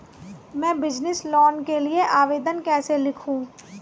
मैं business loan के लिए आवेदन कैसे लिखूँ?